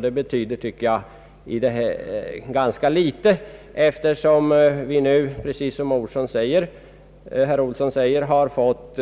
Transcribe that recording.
Det betyder också ganska litet eftersom vi nu, precis såsom herr Olsson säger, har fått